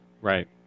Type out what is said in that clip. Right